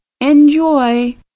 Enjoy